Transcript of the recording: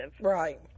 Right